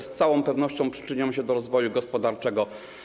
Z całą pewnością przyczynią się one do rozwoju gospodarczego.